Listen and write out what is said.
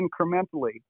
incrementally